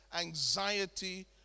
anxiety